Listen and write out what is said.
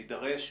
נידרש.